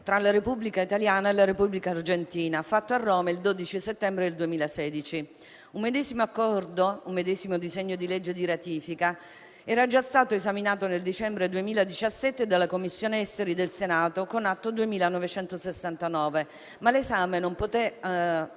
tra la Repubblica italiana e quella argentina, fatto a Roma il 12 settembre 2016. Un medesimo disegno di legge di ratifica era già stato esaminato nel dicembre 2017 dalla Commissione esteri del Senato con atto n. 2969, ma l'esame non poté